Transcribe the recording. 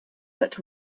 but